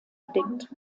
bedingt